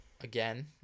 again